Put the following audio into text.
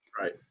Right